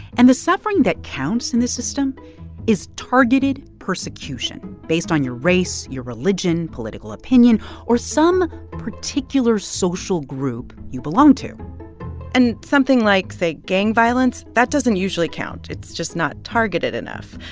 and the suffering that counts in this system is targeted persecution based on your race, your religion, political opinion or some particular social group you belong to and something like, say, gang violence that doesn't usually count. it's just not targeted enough.